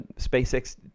SpaceX